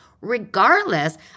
regardless